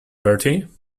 bertie